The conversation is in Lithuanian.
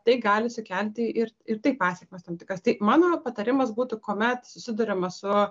tai gali sukelti ir ir tai pasėkmes tam tikras tai mano patarimas būtų kuomet susiduriama su